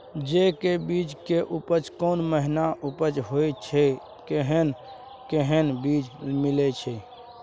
जेय के बीज के उपज कोन महीना उपज होय छै कैहन कैहन बीज मिलय छै?